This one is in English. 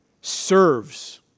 serves